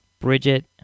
Bridget